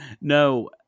No